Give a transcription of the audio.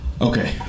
Okay